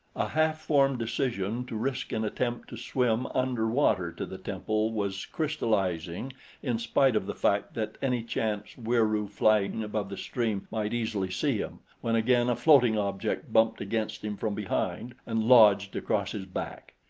a half-formed decision to risk an attempt to swim under water to the temple was crystallizing in spite of the fact that any chance wieroo flying above the stream might easily see him, when again a floating object bumped against him from behind and lodged across his back.